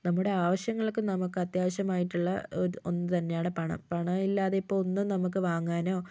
നമ്മുടെ ആവശ്യങ്ങൾക്ക് നമുക്ക് അത്യാവശ്യമായിട്ടുള്ള ഒന്ന് തന്നെയാണ് പണം പണമില്ലാതെ ഇപ്പോൾ ഒന്നും നമുക്ക് വാങ്ങാനോ